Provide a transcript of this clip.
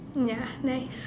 ya nice